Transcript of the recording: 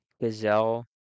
Gazelle